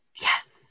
Yes